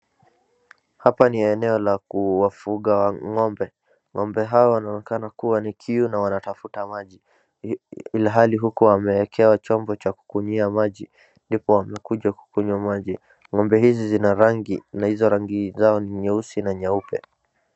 Hapa ni eneo la kuwafuga ng'ombe, ng'ombe hawa wanaonekana kuwa ni kiu na wanatafuta maji ilhali huku wamewekewa chombo cha kukunywia maji ndipo wamekuja kukunywa maji, ng'ombe hizi zina rangi na hizo rangi zao ni nyeusi na nyeupe.